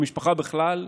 במשפחה בכלל,